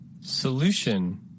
Solution